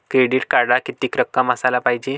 Credit कार्डात कितीक रक्कम असाले पायजे?